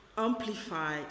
amplify